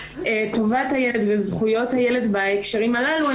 טובת הילד וזכויות הילד בהקשרים הללו הם